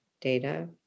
data